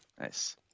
Nice